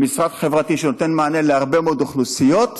הוא משרד חברתי שנותן מענה להרבה מאוד אוכלוסיות,